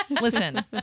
Listen